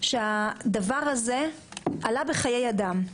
הדבר הזה עלה בחיי אדם.